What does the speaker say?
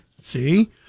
See